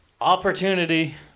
opportunity